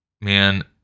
Man